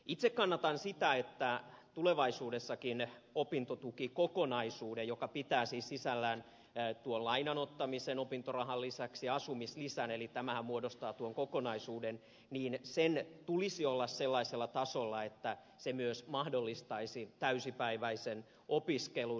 itse kannatan sitä että tulevaisuudessakin opintotukikokonaisuuden joka pitää siis sisällään opintorahan lisäksi tuon lainan ottamisen asumislisän eli tämähän muodostaa tuon kokonaisuuden tulisi olla sellaisella tasolla että se myös mahdollistaisi täysipäiväisen opiskelun